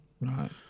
Right